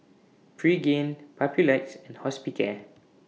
Pregain Papulex and Hospicare